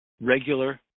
regular